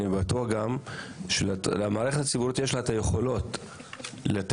אני בטוח גם שלמערכת הציבורית יש את היכולות לתת